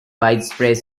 widespread